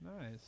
Nice